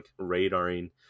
radaring